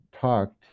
talked